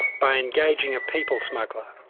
by engaging a people smuggler.